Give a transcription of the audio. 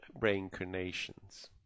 reincarnations